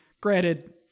granted